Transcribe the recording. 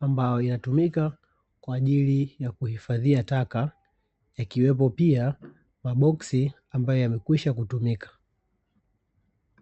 ambayo inatumika kwa ajili yakuhifadhia taka, ikiwepo pia maboksi, ambayo yamekwisha kutumika.